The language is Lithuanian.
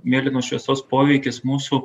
mėlynos šviesos poveikis mūsų